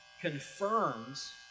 confirms